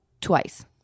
twice